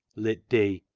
litt d.